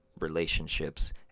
relationships